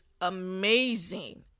amazing